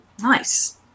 nice